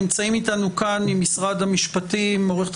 נמצאת איתנו כאן ממשרד המשפטים עורכת